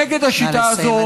נא לסיים,